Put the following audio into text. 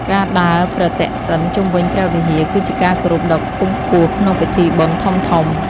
ការដើរប្រទក្សិណជុំវិញព្រះវិហារ គឺជាការគោរពដ៏ខ្ពង់ខ្ពស់ក្នុងពិធីបុណ្យធំៗ។